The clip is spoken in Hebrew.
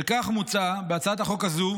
בשל כך מוצע בהצעת חוק זו